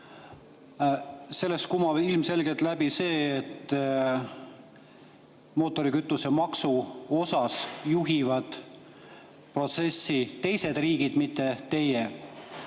Sellest kumab ilmselgelt läbi see, et mootorikütuse maksu osas juhivad protsessi teised riigid, mitte teie.